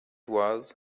was